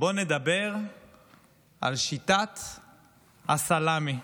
בואו נדבר על שיטת הסלמי.